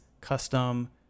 custom